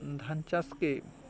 ଧାନ୍ ଚାଷ୍କେ